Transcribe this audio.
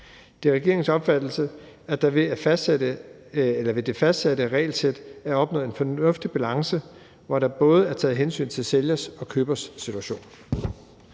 Det er regeringens opfattelse, at der ved det fastsatte regelsæt er opnået en fornuftig balance, hvor der både er taget hensyn til sælgers og købers situation.